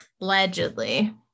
allegedly